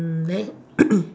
mm then